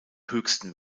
höchsten